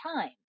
time